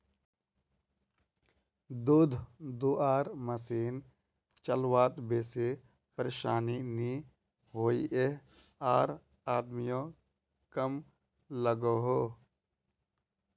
दूध धुआर मसिन चलवात बेसी परेशानी नि होइयेह आर आदमियों कम लागोहो